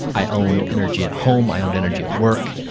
i owned energy at home. i owned energy at work.